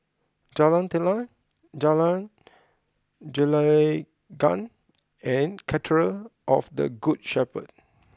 Jalan Telang Jalan Gelenggang and Cathedral of the Good Shepherd